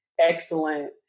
Excellent